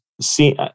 see